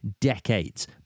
decades